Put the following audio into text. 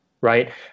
right